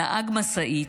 נהג משאית,